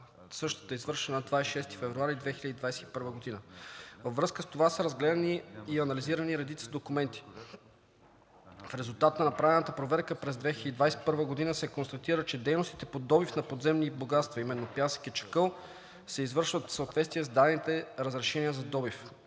същата е извършена на 26 февруари 2021 г. Във връзка с това са разгледани и анализирани редица документи. В резултат на направената проверка през 2021 г. се констатира, че дейностите по добив на подземни богатства, а именно пясък и чакъл, се извършват в съответствие с дадените разрешения за добив.